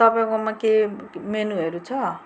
तपाईँकोमा के मेनूहरू छ